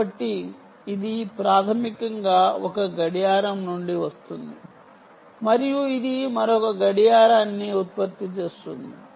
కాబట్టి ఇది ప్రాథమికంగా ఒక క్లాక్ నుండి వస్తుంది మరియు ఇది మరొక క్లాక్ ని ఉత్పత్తి చేస్తుంది